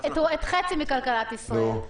את חצי מכלכלת ישראל,